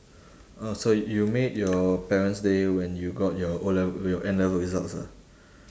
oh so you made your parent's day when you got your O-lev~ your N-level results ah